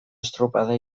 estropada